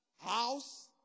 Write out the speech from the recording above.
house